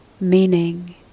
meaning